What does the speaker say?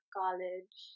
college